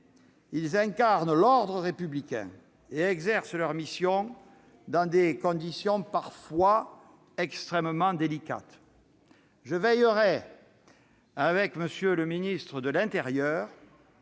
Incarnant l'ordre républicain, ils exercent leur mission dans des conditions parfois extrêmement délicates. Je veillerai, avec M. le ministre de l'intérieur,